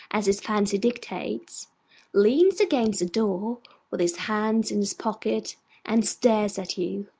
as his fancy dictates leans against the door with his hands in his pockets and stares at you,